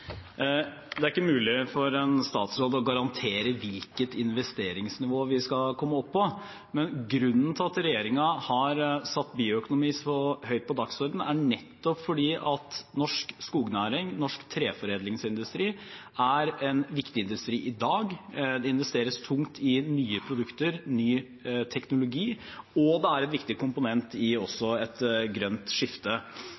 å garantere hvilket investeringsnivå vi skal komme opp på, men grunnen til at regjeringen har satt bioøkonomi så høyt på dagsordenen, er nettopp at norsk skognæring, norsk treforedlingsindustri, er en viktig industri i dag. Det investeres tungt i nye produkter, ny teknologi, og det er også en viktig komponent i